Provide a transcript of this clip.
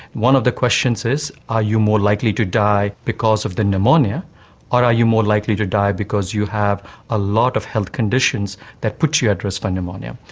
one of the questions is are you more likely to die because of the pneumonia are you more likely to die because you have a lot of health conditions that put you at risk for pneumonia?